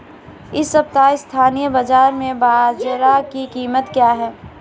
इस सप्ताह स्थानीय बाज़ार में बाजरा की कीमत क्या है?